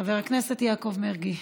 מרגי,